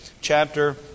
chapter